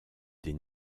des